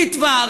ריטב"א,